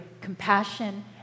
compassion